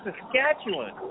Saskatchewan